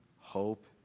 hope